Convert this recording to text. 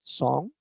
song